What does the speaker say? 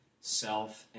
self